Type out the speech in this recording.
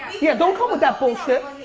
yeah, don't come with that bullshit.